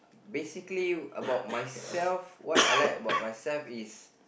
basically about myself what I like about myself is